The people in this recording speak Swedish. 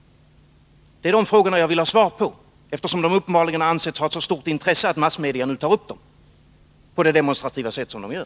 Det är frågor som jag vill ha svar på, eftersom de uppenbarligen ansetts ha fått så stort intresse att massmedia nu tar upp dem, på det demonstrativa sätt som de gör.